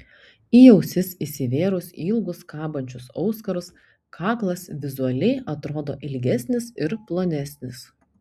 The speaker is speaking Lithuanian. į ausis įsivėrus ilgus kabančius auskarus kaklas vizualiai atrodo ilgesnis ir plonesnis